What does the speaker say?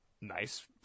nice